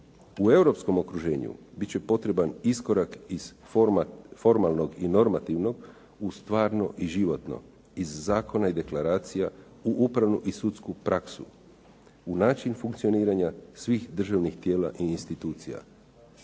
U Europskom okruženju biti će potreban iskorak iz formalnog i normativnog u stvarno i životno iz zakona i deklaracija u upravnu i sudsku praksu, u način funkcioniranja svih državnih tijela i institucija.